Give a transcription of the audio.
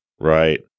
Right